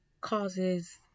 causes